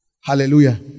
Hallelujah